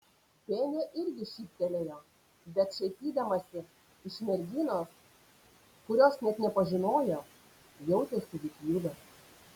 benė irgi šyptelėjo bet šaipydamasi iš merginos kurios net nepažinojo jautėsi lyg judas